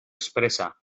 expressa